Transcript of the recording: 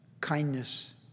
kindness